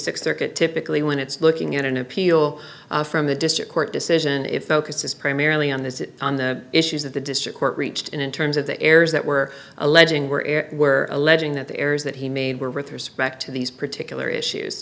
th circuit typically when it's looking at an appeal from a district court decision if this is primarily on the on the issues that the district court reached in in terms of the errors that were alleging were were alleging that the errors that he made were with respect to these particular issues